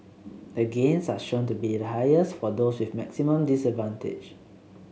the gains are shown to be the highest for those with maximum disadvantage